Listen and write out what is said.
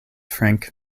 frank